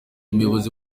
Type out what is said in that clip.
umuyobozi